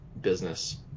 business